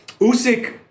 Usyk